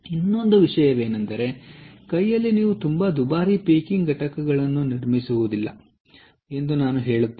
ಇನ್ನೊಂದು ವಿಷಯವೆಂದರೆ ಕೈಯಲ್ಲಿ ನೀವು ತುಂಬಾ ದುಬಾರಿ ಪೀಕಿಂಗ್ ಘಟಕಗಳನ್ನು ನಿರ್ಮಿಸುವುದಿಲ್ಲ ಎಂದು ನಾನು ಹೇಳುತ್ತೇನೆ